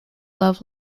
love